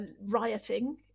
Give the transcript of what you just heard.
rioting